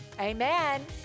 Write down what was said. amen